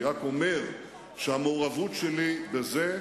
אני רק אומר שהמעורבות שלי בזה,